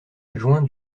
adjoint